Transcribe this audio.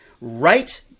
right